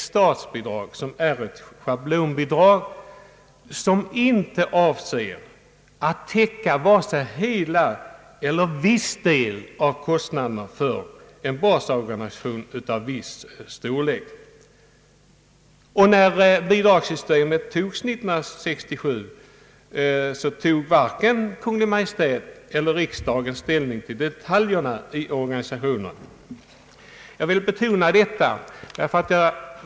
Statsbidraget är alltså inte avsett att täcka vare sig hela eller viss del av kostnaden för en basorganisation av viss storlek. När bidragssystemet infördes 1967, tog varken Kungl. Maj:t eller riksdagen ställning till detaljerna i organisationen. Jag vill betona detta.